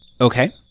Okay